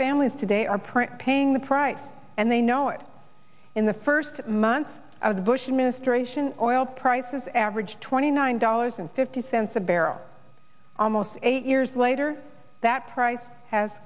families today are print paying the price and they know it in the first months of the bush administration oil prices average twenty nine dollars and fifty cents a barrel almost eight years later that price has